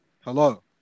Hello